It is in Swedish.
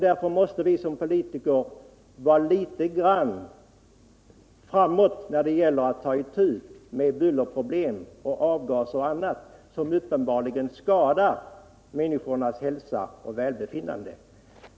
Därför måste vi som politiker vara litet framåt när det gäller att ta itu med bullerproblem, avgaser och annat som uppenbarligen skadar människornas hälsa och välbefinnande.